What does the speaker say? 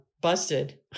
busted